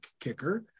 kicker